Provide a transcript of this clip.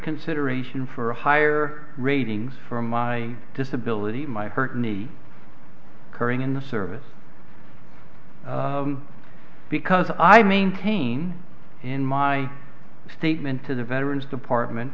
consideration for higher ratings from my disability my hurt knee occurring in the service because i maintain in my statement to the veterans department